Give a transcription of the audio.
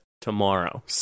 tomorrow